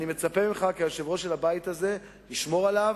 אני מצפה ממך כיושב-ראש הבית הזה לשמור עליו,